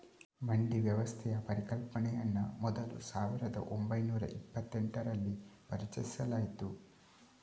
ಮಂಡಿ ವ್ಯವಸ್ಥೆಯ ಪರಿಕಲ್ಪನೆಯನ್ನ ಮೊದಲು ಸಾವಿರದ ಒಂಬೈನೂರ ಇಪ್ಪತೆಂಟರಲ್ಲಿ ಪರಿಚಯಿಸಲಾಯ್ತು